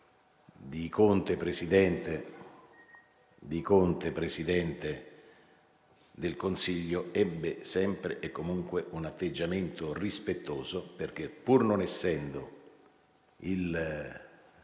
di Conte Presidente del Consiglio ebbe sempre e comunque un atteggiamento rispettoso, perché, pur non essendo il